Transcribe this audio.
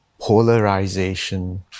polarization